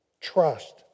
Trust